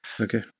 Okay